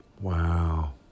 Wow